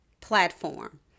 platform